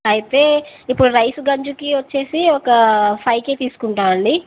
అయితే ఇప్పుడు రైస్ గంజుకి వచ్చేసి ఒక ఫైవ్ కే తీసుకుంటామండి